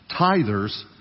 Tithers